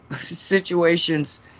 situations